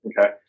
okay